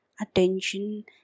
attention